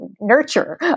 nurture